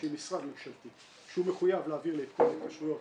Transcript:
משרד ממשלתי שהוא מחויב להעביר לי את כל ההתקשרויות